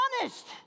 honest